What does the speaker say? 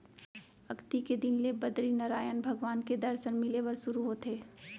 अक्ती के दिन ले बदरीनरायन भगवान के दरसन मिले बर सुरू होथे